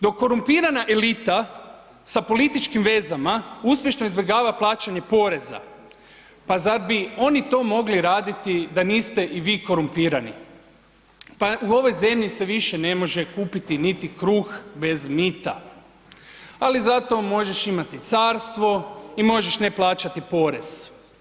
Dok korumpirana elita sa političkim vezama uspješno izbjegava plaćanje poreza, pa zar bi oni to mogli raditi da niste i vi korumpirani, pa u ovoj zemlji se više ne može kupiti niti kruh bez mita, ali zato možeš imati carstvo i možeš ne plaćati porez.